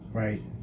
right